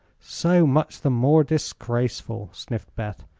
so much the more disgraceful, sniffed beth.